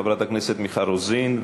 חברת הכנסת מיכל רוזין,